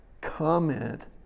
comment